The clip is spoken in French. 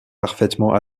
parfaitement